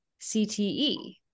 CTE